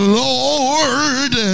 lord